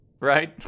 right